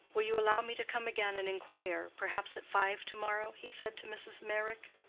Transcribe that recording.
will you allow me to come again and inquire perhaps at five to-morrow? he said to mrs. meyrick.